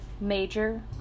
Major